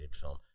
film